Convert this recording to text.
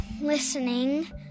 listening